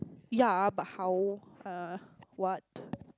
ya but how err what